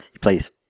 Please